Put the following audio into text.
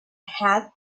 had